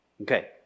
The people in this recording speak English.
Okay